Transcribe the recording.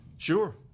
sure